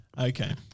Okay